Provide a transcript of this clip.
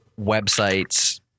websites